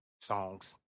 songs